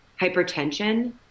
hypertension